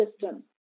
system